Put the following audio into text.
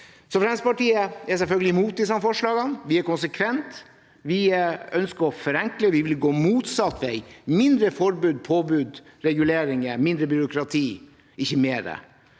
Fremskrittspartiet er selvfølgelig imot disse forslagene. Vi er konsekvente. Vi ønsker å forenkle. Vi vil gå motsatt vei, med færre forbud, påbud og reguleringer og mindre byråkrati – ikke mer.